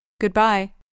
Goodbye